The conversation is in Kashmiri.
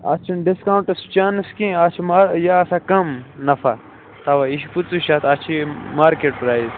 اَتھ چھُنہٕ ڈِسکاوُنٛٹس چانٕس کینٛہہ اَتھ چھُ مہ یہِ آسان کم نفع تَوَے یہِ چھُ پٕنژٕ شَتھ اَتھ چھِ یہِ مارکیٹ پرٛایز